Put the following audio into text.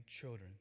children